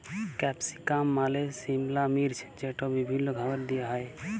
capsicum মালে সিমলা মির্চ যেট বিভিল্ল্য খাবারে দিঁয়া হ্যয়